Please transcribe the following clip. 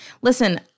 Listen